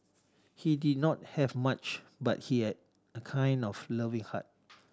he did not have much but he had a kind of loving heart